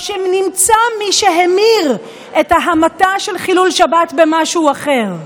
או שנמצא מי שהמיר את ההמתה של חילול שבת במשהו אחר?